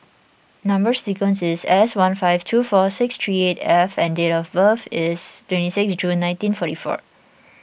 Number Sequence is S one five two four six three eight F and date of birth is twenty six June nineteen forty four